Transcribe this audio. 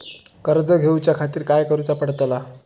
कर्ज घेऊच्या खातीर काय करुचा पडतला?